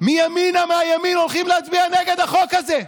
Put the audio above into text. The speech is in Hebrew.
מימינה מהימין, הולכים להצביע נגד החוק הזה.